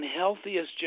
unhealthiest